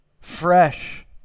fresh